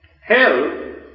Hell